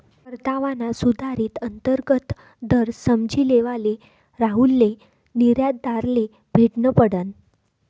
परतावाना सुधारित अंतर्गत दर समझी लेवाले राहुलले निर्यातदारले भेटनं पडनं